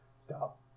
Stop